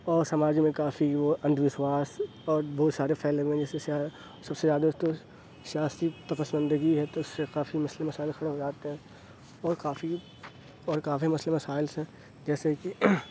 اور سماج میں کافی وہ اندھ وشواس اور بہت سارے پھیلے ہوئے سب سے زیادہ تو سیاسی ت پسماندگی ہے تو اس سے کافی مسئلے مسائل کھڑے ہو جاتے ہیں اور کافی اور کافی مسئلے مسائل ہیں جیسے کہ